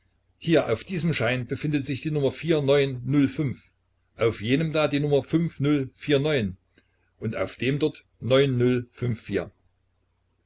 hier auf diesem schein befindet sich den nu auf jenem dar und auf dem dort